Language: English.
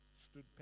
stood